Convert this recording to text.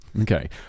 Okay